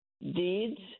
Deeds